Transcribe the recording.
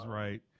right